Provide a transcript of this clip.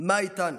מה איתנו.